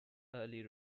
early